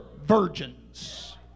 virgins